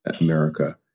America